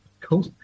Cool